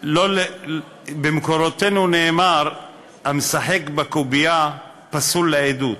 במקורותינו נאמר "המשחק בקוביא פסול לעדות".